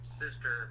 sister